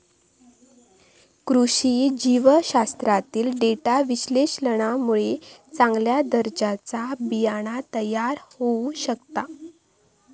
कृषी जीवशास्त्रातील डेटा विश्लेषणामुळे चांगल्या दर्जाचा बियाणा तयार होऊ शकता